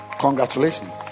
Congratulations